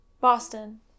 Boston